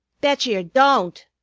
betcher yer don't.